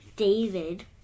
David